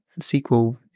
SQL